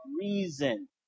reason